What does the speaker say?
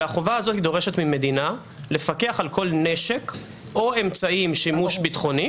והחובה הזאת דורשת ממדינה לפקח על כל נשק או אמצעי עם שימוש ביטחוני